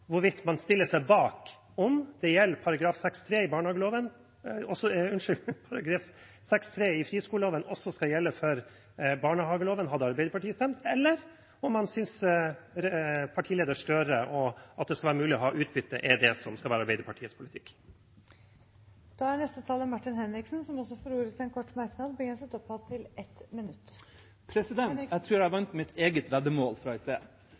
hvorvidt man stiller seg bak at § 6-3 i friskoleloven også skal gjelde for barnehageloven, hadde Arbeiderpartiet bestemt, eller om man synes, som partileder Gahr Støre, at det skal være mulig å ha utbytte – at det er det som skal være Arbeiderpartiets politikk. Representanten Martin Henriksen har hatt ordet to ganger tidligere og får ordet til en kort merknad, begrenset til 1 minutt. Jeg tror jeg vant mitt eget veddemål fra i sted.